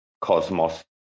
Cosmos